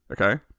okay